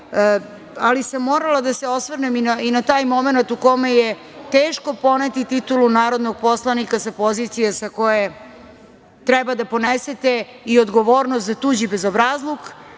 ali sam morala da se osvrnem i na taj momenat u kome je teško poneti titulu narodnog poslanika sa pozicije sa koje treba da ponesete i odgovornost za tuđi bezobrazluk,